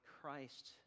Christ